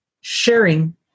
sharing